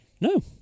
No